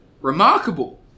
remarkable